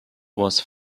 was